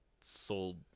sold